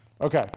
Okay